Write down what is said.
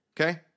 Okay